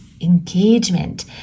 engagement